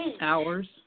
Hours